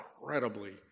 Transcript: incredibly